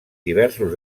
diversos